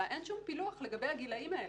אין שום פילוח לגבי הגילאים האלה.